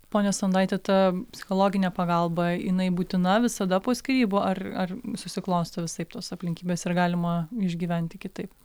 ponia sondaite ta psichologinė pagalba jinai būtina visada po skyrybų ar ar susiklosto visaip tos aplinkybės ir galima išgyventi kitaip